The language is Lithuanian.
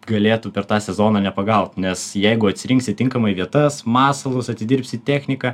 galėtų per tą sezoną nepagaut nes jeigu atsirinksi tinkamai vietas masalus atidirbsi techniką